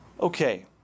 Okay